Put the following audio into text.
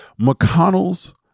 McConnell's